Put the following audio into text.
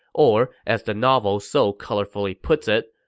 or as the novel so colorfully puts it,